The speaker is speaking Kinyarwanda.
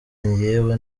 yewe